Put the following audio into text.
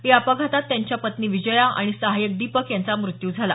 या अपघातात त्यांच्या पत्नी विजया आणि सहायक दीपक यांचा मृत्यू झाला